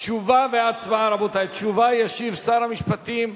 תשובה והצבעה,